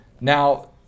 Now